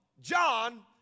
John